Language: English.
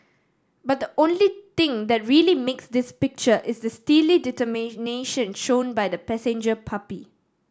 but the only thing that really makes this picture is the steely determination shown by the passenger puppy